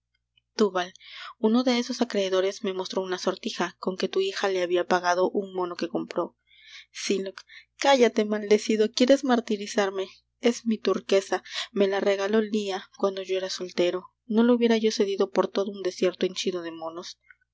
uno de esos acreedores me mostró una sortija con que tu hija le habia pagado un mono que compró sylock cállate maldecido quieres martirizarme es mi turquesa me la regaló lia cuando yo era soltero no la hubiera yo cedido por todo un desierto henchido de monos